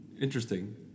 Interesting